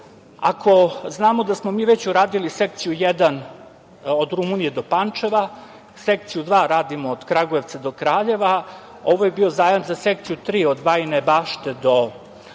znamo da smo mi već uradili sekciju 1. od Rumunije do Pančeva, sekciju 2. radimo od Kragujevca do Kraljeva ovo je bio sajam za sekciju 3. od Bajine Bašte, odnosno